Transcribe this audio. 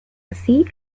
así